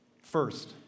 First